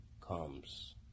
Comes